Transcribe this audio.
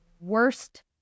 worst